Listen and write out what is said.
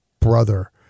brother